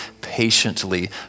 patiently